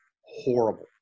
horrible